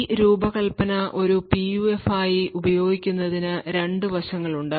ഈ രൂപകൽപ്പന ഒരു പിയുഎഫ് ആയി ഉപയോഗിക്കുന്നതിന് രണ്ട് വശങ്ങളുണ്ട്